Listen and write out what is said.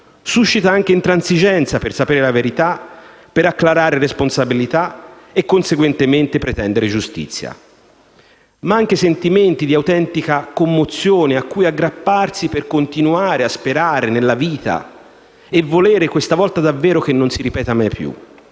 Suscita anche intransigenza per sapere la verità, per acclarare responsabilità e conseguentemente pretendere giustizia. Ma anche sentimenti di autentica commozione cui aggrapparsi per continuare a sperare nella vita e volere, questa volta davvero, che non si ripeta mai più.